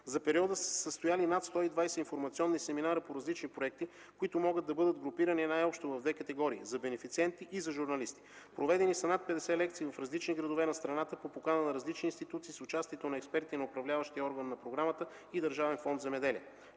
За периода са се състояли над 120 информационни семинара по различни проекти, които могат да бъдат групирани най-общо в две категории – за бенефициенти и за журналисти. Проведени са над 50 лекции в различни градове на страната по покана на различни институции с участието на експерти на управляващия орган на програмата и Държавен фонд „Земеделие”.